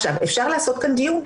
אפשר לעשות דיון,